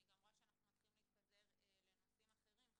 אני גם רואה שאנחנו מתחילים להתפזר לנושאים אחרים,